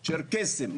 צ'רקסים,